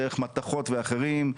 דרך מתכות ואחרים.